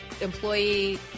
employee